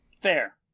Fair